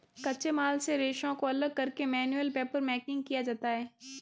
कच्चे माल से रेशों को अलग करके मैनुअल पेपरमेकिंग किया जाता है